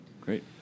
Great